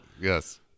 Yes